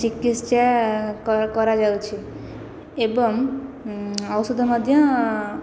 ଚିକିତ୍ସା କରାଯାଉଛି ଏବଂ ଔଷଧ ମଧ୍ୟ